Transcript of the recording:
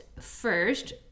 first